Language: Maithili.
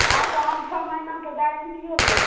अहाँकेँ हम छओ महीनाके गारण्टिओ देब